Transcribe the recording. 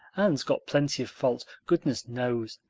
anne's got plenty of faults, goodness knows,